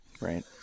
Right